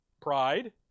Pride